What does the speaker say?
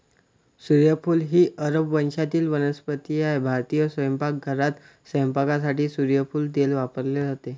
सूर्यफूल ही अरब वंशाची वनस्पती आहे भारतीय स्वयंपाकघरात स्वयंपाकासाठी सूर्यफूल तेल वापरले जाते